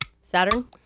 Saturn